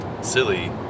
silly